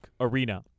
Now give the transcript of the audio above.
Arena